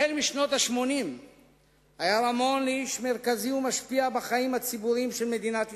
משנות ה-80 היה רמון לאיש מרכזי ומשפיע בחיים הציבוריים של מדינת ישראל.